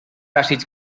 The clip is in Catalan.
àcids